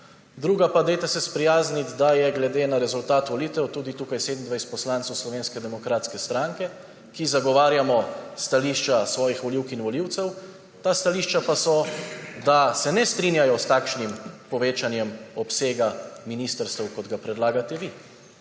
Druga pa, dajte se sprijazniti, da je glede na rezultat volitev tukaj tudi 27 poslancev Slovenske demokratske stranke, ki zagovarjamo stališča svojih volivk in volivcev. Ta stališča pa so, da se ne strinjajo s takšnim povečanjem obsega ministrstev, kot ga predlagate vi.